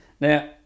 Now